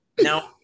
Now